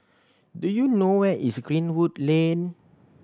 do you know where is Greenwood Lane